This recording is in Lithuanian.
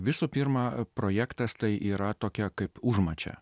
visų pirma projektas tai yra tokia kaip užmačia